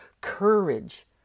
courage